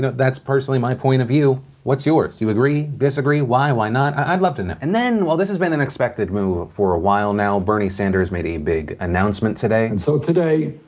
that's personally my point of view. what's yours? do you agree, disagree? why, why not? i'd love to know. and then, while this has been an expected move for a while now, bernie sanders made a big announcement today. and so today,